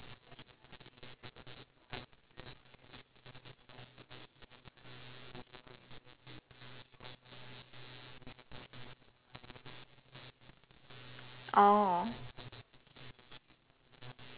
oh